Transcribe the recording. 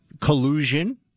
collusion